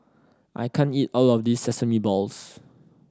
I can't eat all of this sesame balls